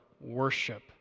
worship